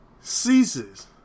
ceases